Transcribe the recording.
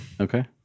Okay